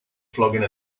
flogging